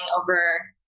over